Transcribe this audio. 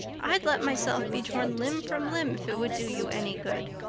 i'd let myself be torn limb from limb if it would do you any good.